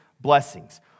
blessings